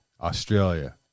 Australia